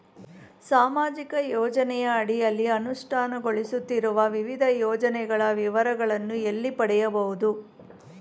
ಸಾಮಾಜಿಕ ಯೋಜನೆಯ ಅಡಿಯಲ್ಲಿ ಅನುಷ್ಠಾನಗೊಳಿಸುತ್ತಿರುವ ವಿವಿಧ ಯೋಜನೆಗಳ ವಿವರಗಳನ್ನು ಎಲ್ಲಿ ಪಡೆಯಬಹುದು?